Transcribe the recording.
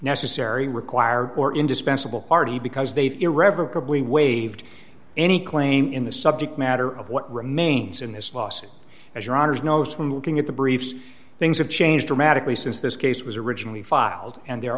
necessary required or indispensable party because they've irrevocably waived any claim in the subject matter of what remains in this lawsuit as rogers notes when looking at the briefs things have changed dramatically since this case was originally filed and there